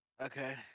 Okay